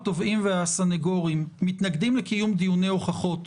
התובעים והסנגורים מתנגדים לקיום דיוני הוכחות